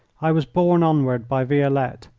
i was borne onward by violette,